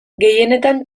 gehienetan